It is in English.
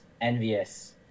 envious